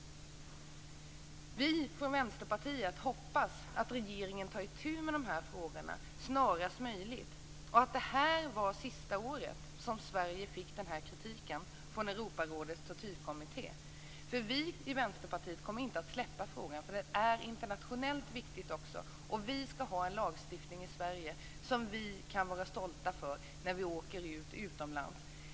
Vi från Vänsterpartiet hoppas att regeringen tar itu med de här frågorna snarast möjligt och att det här var sista året som Sverige fick den här kritiken från Europarådets tortyrkommitté. Vi i Vänsterpartiet kommer inte att släppa den här frågan, för den är också internationellt viktig. Vi skall ha en lagstiftning i Sverige som vi kan vara stolta över när vi åker utomlands.